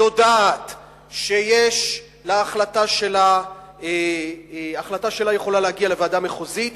יודעת שהחלטה שלה יכולה להגיע לוועדה מחוזית,